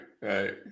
right